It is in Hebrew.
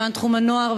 למען תחום הנוער,